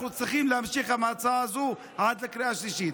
אנחנו צריכים להמשיך עם ההצעה הזו עד לקריאה השלישית.